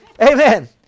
Amen